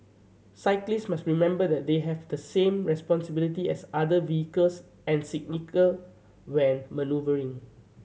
cyclists must remember that they have the same responsibility as other vehicles and when manoeuvring